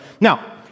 Now